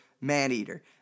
man-eater